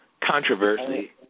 controversy